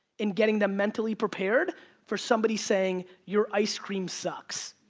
in getting them mentally prepared for somebody saying, your ice cream sucks.